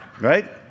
Right